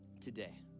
today